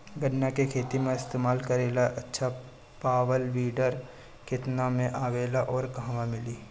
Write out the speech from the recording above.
गन्ना के खेत में इस्तेमाल करेला अच्छा पावल वीडर केतना में आवेला अउर कहवा मिली?